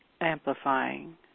amplifying